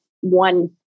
one